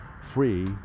free